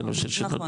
נכון, נכון.